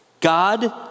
God